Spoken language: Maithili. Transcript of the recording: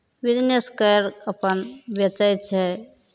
बिजनेस करि अपन बेचै छै